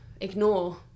ignore